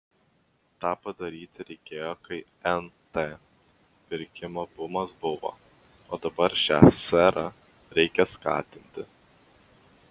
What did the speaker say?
tą padaryti reikėjo kai nt pirkimo bumas buvo o dabar šią sferą reikia skatinti